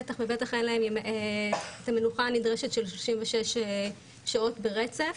בטח ובטח אין להם את המנוחה הנדרשת של 36 שעות ברצף.